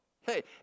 Hey